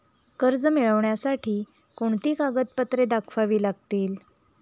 कर्ज मिळण्यासाठी कोणती कागदपत्रे दाखवावी लागतील?